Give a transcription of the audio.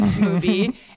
movie